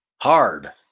Hard